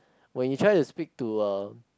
when you try to speak to a